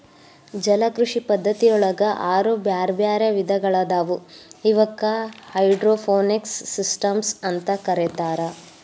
ಜಲಕೃಷಿ ಪದ್ಧತಿಯೊಳಗ ಆರು ಬ್ಯಾರ್ಬ್ಯಾರೇ ವಿಧಗಳಾದವು ಇವಕ್ಕ ಹೈಡ್ರೋಪೋನಿಕ್ಸ್ ಸಿಸ್ಟಮ್ಸ್ ಅಂತ ಕರೇತಾರ